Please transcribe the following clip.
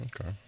Okay